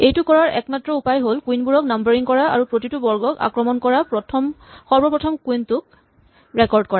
এইটো কৰাৰ এটা উপায় হ'ল কুইন বোৰক নাম্বাৰিং কৰা আৰু প্ৰতিটো বৰ্গক আক্ৰমণ কৰা সৰ্বপ্ৰথম কুইন টোক ৰেকৰ্ড কৰা